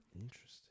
Interesting